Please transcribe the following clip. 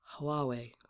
Huawei